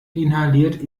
inhaliert